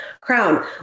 crown